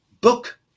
book